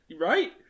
Right